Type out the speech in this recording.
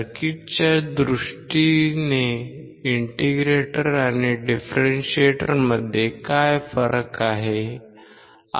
सर्किटच्या दृष्टीने इंटिग्रेटर आणि डिफरेंशिएटमध्ये काय फरक आहे